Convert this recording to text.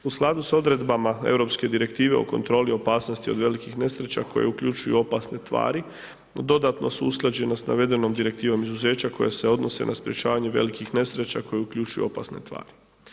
U skladu sa odredbama Europske direktive o kontroli opasnosti od velikih nesreća koje uključuju opasne tvari dodatno su usklađene s navedenom direktivom izuzeća koja se odnose na sprječavanje velikih nesreća koje uključuju opasne tvari.